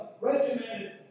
regimented